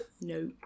No